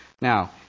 Now